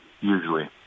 usually